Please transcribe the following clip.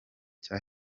cya